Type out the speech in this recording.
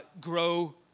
grow